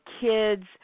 kids